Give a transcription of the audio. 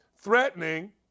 threatening